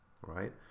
right